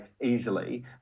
easily